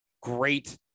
great